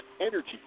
Energy